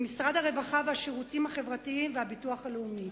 עם משרד הרווחה והשירותים והחברתיים ועם הביטוח הלאומי.